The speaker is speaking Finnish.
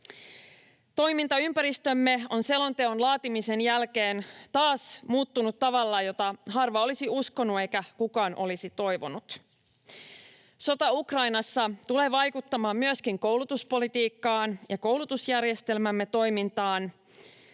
Toimintaympäristömme on selonteon laatimisen jälkeen taas muuttunut tavalla, jota harva olisi uskonut eikä kukaan olisi toivonut. Sota Ukrainassa tulee vaikuttamaan myöskin koulutuspolitiikkaan ja koulutusjärjestelmämme toimintaan.